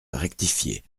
rectifié